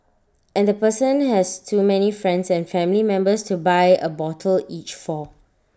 and the person has too many friends and family members to buy A bottle each for